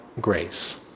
grace